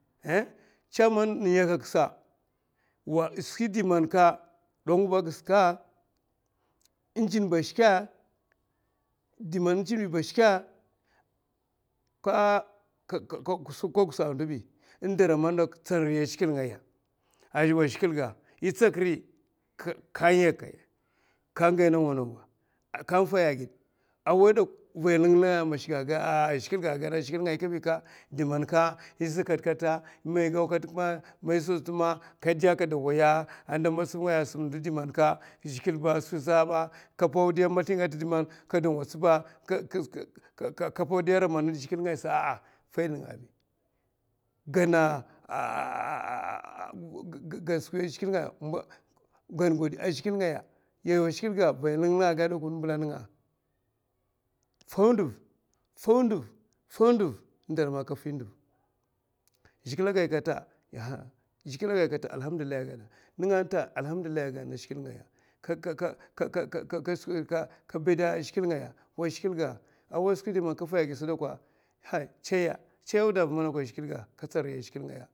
Èh chaman yakak sa, wa. skwi di man ka dango ba agiska. jin ba a shika, di man jin bi ba a shikè ka kusa a ndo bi dara man ka tsan yawa a zhigilè ga, yè tsak riy ka yakaya ka gay nawa nawa awa di man vay linlinga a mèsh ga a zhigilè ga, aka gadana. aka gadana a zhigilè ngaya kabi ka di man ka ka dè akaza daway matsaf ngaya asum ndi man ta skwi saba, kada paudi a mazli ngaya man gan skwi a zhiglè ngaya yawa a zhigilè ga gaya linlinga a gada na mbèla mna ka fau nduv fau nduv, zhigilè a gay kata zhigilè agay kata allahamdillahi aka gayna allahamdillahi nènga ata aka gayna a zhigilè ka bèd zhigilè ngaya wa zhigilè skwi man ka vaya gid sè dakwa chaya auda va manakwa a ka tsan riy zhigilè ga